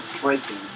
breaking